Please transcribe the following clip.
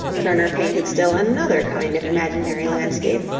turner painted still another kind of imaginary landscape,